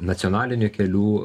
nacionalinių kelių